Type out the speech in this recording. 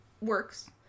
works